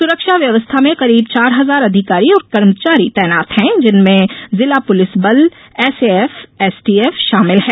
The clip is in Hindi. सुरक्षा व्यवस्था में करीब चार हजार अधिकारी और कर्मचारी तैनात हैं जिनमें जिला पुलिस बल एसएएफ एसटीएफ शामिल हैं